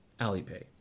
Alipay